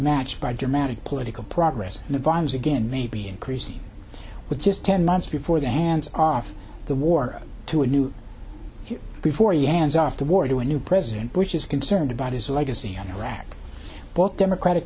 matched by dramatic political progress in the vines again maybe increasing with just ten months before the hands off the war to a new before you hands off the war to a new president bush is concerned about his legacy on iraq both democratic